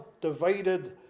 divided